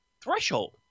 threshold